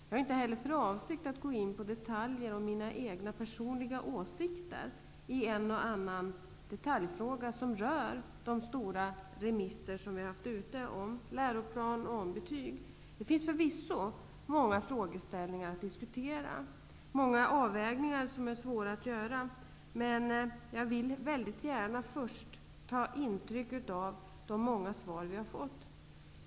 Jag har heller inte för avsikt att gå in på detaljer eller mina egna personliga åsikter i en och annan detaljfråga som rör de stora remissomgångar som har skett om läroplan och betyg. Det finns förvisso många frågeställningar att diskutera och många avvägningar som är svåra att göra. Men jag vill gärna först ta intryck av de många svar vi har fått.